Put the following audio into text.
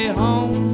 home